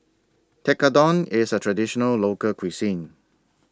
Tekkadon IS A Traditional Local Cuisine